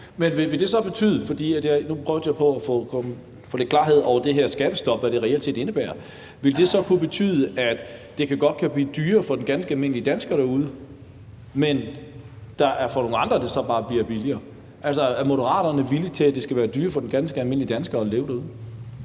Boje Mathiesen (NB): Nu prøvede jeg på at få lidt klarhed over, hvad det her skattestop reelt set indebærer. Vil det så kunne betyde, at det godt kan blive dyrere for den ganske almindelige dansker derude, men at det så bare bliver billigere for nogle andre? Altså, er Moderaterne villige til, at det skal være dyrere for den ganske almindelige dansker at leve derude?